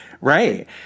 right